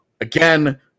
Again